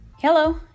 Hello